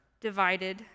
divided